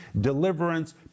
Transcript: deliverance